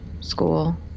School